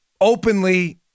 openly